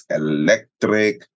electric